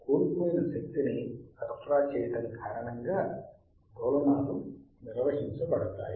కోల్పోయిన శక్తిని సరఫరా చేయటం కారణంగా డోలనాలు నిర్వహించబడతాయి